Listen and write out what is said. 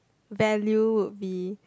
value would be